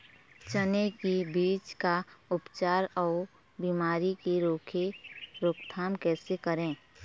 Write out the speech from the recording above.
चने की बीज का उपचार अउ बीमारी की रोके रोकथाम कैसे करें?